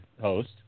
host